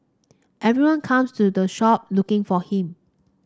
everyone comes to the shop looking for him